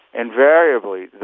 invariably